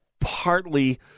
partly